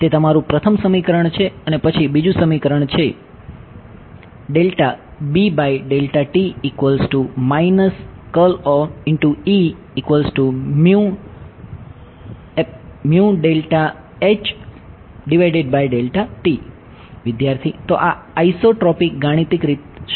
તે તમારું પ્રથમ સમીકરણ છે અને પછી બીજું સમીકરણ છે વિદ્યાર્થી તો આ આઇસોટ્રોપિક ગાણિતિક રીતે શું છે